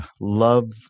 love